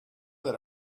that